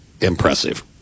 impressive